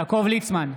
יעקב ליצמן,